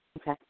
Okay